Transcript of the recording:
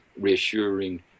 reassuring